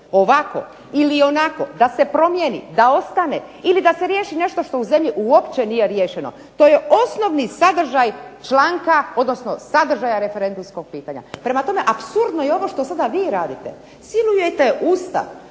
ovako ili onako, da se promijeni, da ostane, ili da se riješi nešto što u zemlji uopće nije riješeno, to je opći sadržaj sadržaja referendumskog pitanja. Prema tome, apsurdno je što sada vi radite. Silujete Ustav,